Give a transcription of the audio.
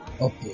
Okay